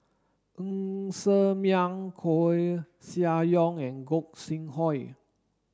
Ng Ser Miang Koeh Sia Yong and Gog Sing Hooi